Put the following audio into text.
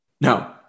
No